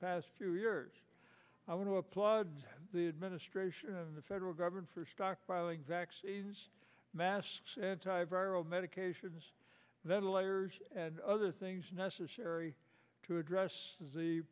past few years i want to applaud the administration and the federal government for stockpiling vaccines masks anti viral medications that are letters and other things necessary to address the